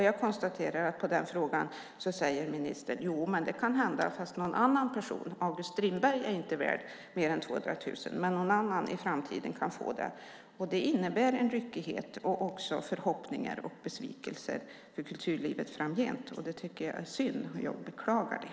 Jag konstaterar att på den frågan svarar ministern: Jo, det kan hända, fast någon annan person. August Strindberg är inte värd mer än 200 000, men någon annan, i framtiden, kan få det. Det innebär en ryckighet och också förhoppningar och besvikelser för kulturlivet framgent. Det tycker jag är synd. Jag beklagar det.